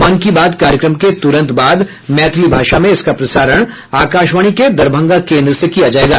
मन की बात कार्यक्रम के तुरंत बाद मैथिली भाषा में इसका प्रसारण आकाशवाणी के दरभंगा केन्द्र से किया जायेगा